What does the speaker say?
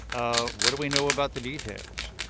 ah what do we know about the details?